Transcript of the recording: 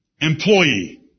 employee